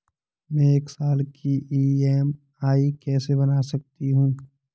मैं एक साल की ई.एम.आई कैसे बना सकती हूँ?